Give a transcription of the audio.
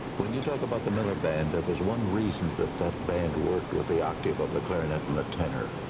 when you talk about the miller band, there was one reason that that band worked with the octave of the clarinet and the tenor,